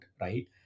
right